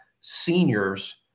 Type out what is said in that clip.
seniors